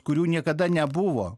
kurių niekada nebuvo